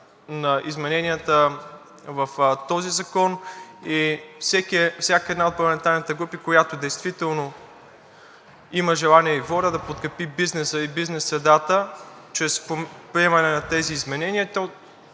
на измененията в този закон. Всяка една от парламентарните групи, която действително има желание и воля да подкрепи бизнеса и бизнес средата чрез приемане на тези изменения,